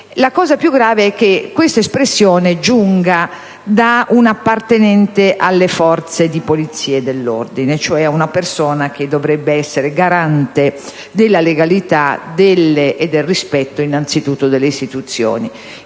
Presidente - è che questa espressione giunga da un appartenente alle forze di Polizia e dell'ordine, cioè una persona che dovrebbe essere garante della legalità e del rispetto anzitutto delle istituzioni,